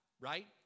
right